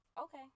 Okay